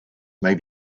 may